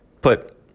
put